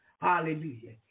Hallelujah